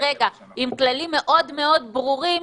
עם כללים מאוד מאוד ברורים,